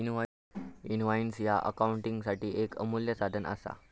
invoice ह्या अकाउंटिंगसाठी येक अमूल्य साधन असा